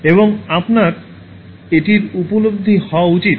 এবং আপনার এটির উপলব্ধি হওয়া উচিত